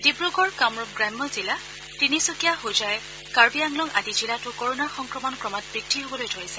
ডিক্ৰগড় কামৰূপ গ্ৰাম্য জিলা তিনিচুকীয়া হোজাই কাৰ্বি আংলং আদি জিলাতো কৰণাৰ সংক্ৰমণ ক্ৰমাৎ বৃদ্ধি হবলৈ ধৰিছে